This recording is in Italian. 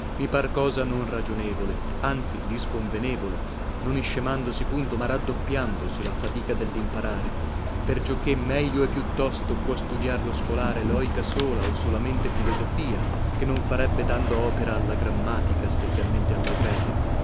mi par cosa non ragionevole anzi disconvenevole non iscemandosi punto ma raddoppiandosi la fatica dellimparare percioché meglio e più tosto può studiar lo scolare loica sola o solamente filosofia che non farebbe dando opera alla grammatica spezialmente alla greca